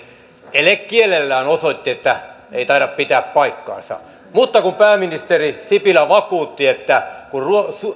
elekielellään osoittavan että ei taida pitää paikkaansa pääministeri sipilä vakuutti että kun